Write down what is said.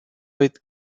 with